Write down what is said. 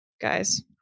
guys